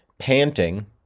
panting